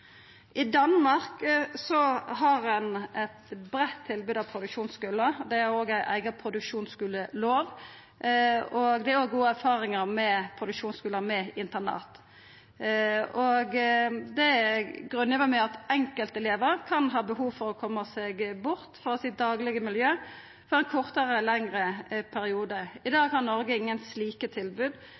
I Danmark har ein eit breitt tilbod av produksjonsskular. Dei har òg ei eiga produksjonsskulelov. Dei har òg gode erfaringar med produksjonsskule med internat. Det er grunngjeve med at enkeltelevar kan ha behov for å koma seg bort frå sitt daglege miljø for ein kortare eller lengre periode. I dag har Noreg ingen slike tilbod.